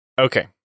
Okay